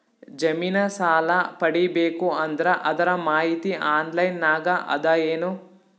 ಜಮಿನ ಸಾಲಾ ಪಡಿಬೇಕು ಅಂದ್ರ ಅದರ ಮಾಹಿತಿ ಆನ್ಲೈನ್ ನಾಗ ಅದ ಏನು?